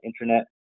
internet